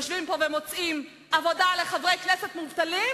יושבים פה ומוצאים עבודה לחברי כנסת מובטלים,